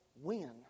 win